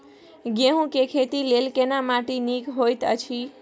गेहूँ के खेती लेल केना माटी नीक होयत अछि?